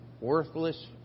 Worthless